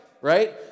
right